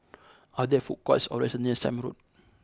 are there food courts or restaurants near Sime Road